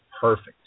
perfect